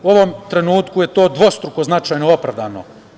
U ovom trenutku je to dvostruko značajno opravdano.